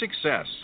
success